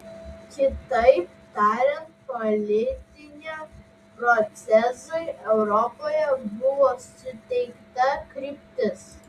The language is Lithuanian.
kitaip tariant politiniam procesui europoje buvo suteikta kryptis